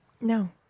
No